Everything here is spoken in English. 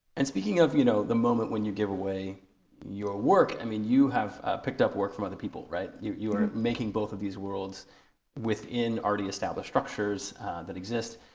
and speaking of you know the moment when you give away your work, i mean you have picked up work from other people, right? you you are making both these words within already established structures that exist.